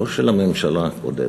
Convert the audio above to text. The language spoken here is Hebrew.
לא של הממשלה הקודמת,